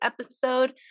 episode